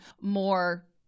more